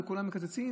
לכולם מקצצים,